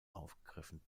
aufgegriffen